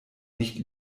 nicht